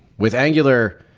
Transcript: with angular,